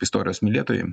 istorijos mylėtojam